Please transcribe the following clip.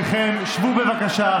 תפסו את מקומותיכם, שבו, בבקשה.